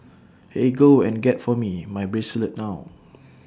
eh go and get for me my bracelet now